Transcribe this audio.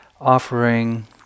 offering